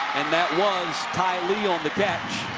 and that was ty lee on the catch.